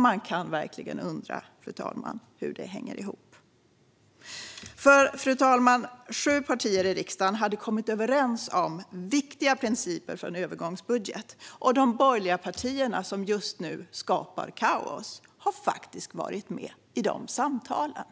Man kan verkligen undra hur det hänger ihop, fru talman. Sju partier i riksdagen hade nämligen kommit överens om viktiga principer för en övergångsbudget, och de borgerliga partier som just nu skapar kaos har faktiskt varit med i de samtalen.